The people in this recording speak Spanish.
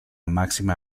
máxima